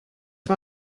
mae